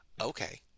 okay